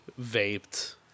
vaped